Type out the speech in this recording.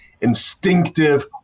instinctive